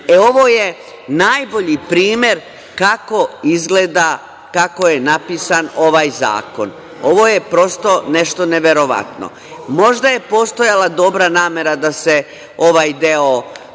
kapu. Ovo je najbolji primer kako izgleda kako je napisan ovaj zakon. Ovo je prosto nešto neverovatno. Možda je postojala dobra namera da se ovaj deo